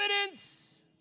evidence